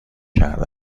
کرده